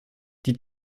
die